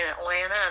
Atlanta